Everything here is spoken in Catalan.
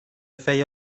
feia